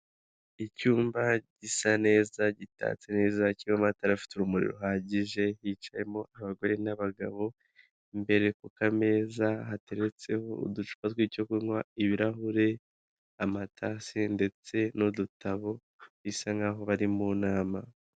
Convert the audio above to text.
Icyumba gisa neza gitatse neza kirimo amatara afite urumuri ruhagije, hicayemo abagore n'abagabo imbere ku k'ameza hateretseho uducupa tw'icyo kunywa, ibirahuri, amatasi ndetse n'udutabo bisa nk'aho bari mu nama.